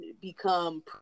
become